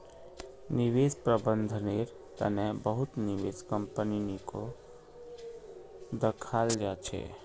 निवेश प्रबन्धनेर तने बहुत निवेश कम्पनीको दखाल जा छेक